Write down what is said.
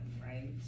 right